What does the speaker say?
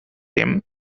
them